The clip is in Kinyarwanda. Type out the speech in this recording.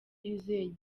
yuzuye